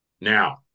Now